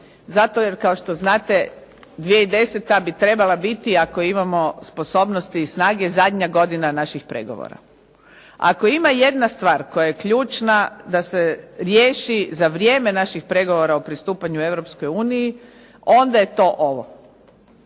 zato, jer kao što znate, 2010. bi trebala biti ako imamo sposobnosti i snage, zadnja godina naših pregovora. Ako ima jedna stvar koja je ključna da se riješi za vrijeme naših pregovora o pristupanju Europskoj uniji onda je to ovo.